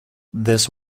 this